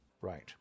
Right